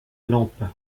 lampe